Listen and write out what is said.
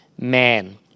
man